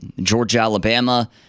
Georgia-Alabama